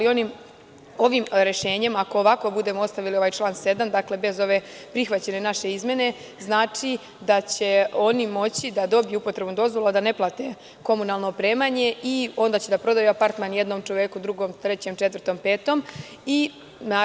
Ovim rešenjem, ako ovako budemo ostavili ovaj član 7, bez prihvaćene naše izmene, znači da će oni moći da dobiju upotrebnu dozvolu, a da ne plate komunalno opremanje i onda će da prodaju apartman jednom čoveku, drugom, trećem, četvrtom, petom.